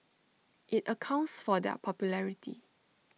IT accounts for their popularity